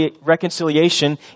reconciliation